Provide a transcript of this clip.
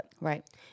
Right